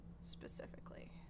specifically